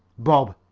bob,